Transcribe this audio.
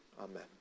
amen